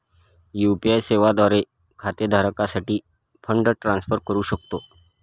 UPI सेवा द्वारे खाते धारकासाठी फंड ट्रान्सफर करू शकतो